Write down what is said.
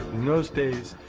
those days,